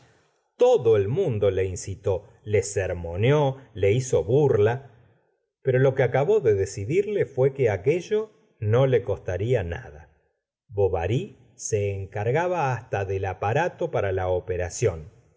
todo el mundo le incitó le sermoneó le hizo burla pero lo que acabó de decidirle fué que aquello no le costaría nada bovary se encargaba hasta del aparato para la operación